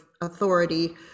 authority